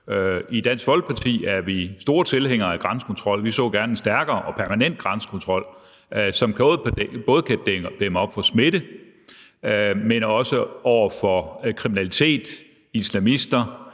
I Dansk Folkeparti er vi store tilhængere af grænsekontrol. Vi så gerne en stærkere og permanent grænsekontrol, som både kan dæmme op for smitte, men også for kriminalitet – islamister,